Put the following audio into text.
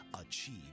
achieve